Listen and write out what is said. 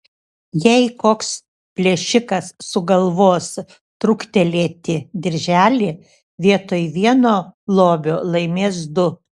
jei koks plėšikas sugalvos truktelėti dirželį vietoj vieno lobio laimės du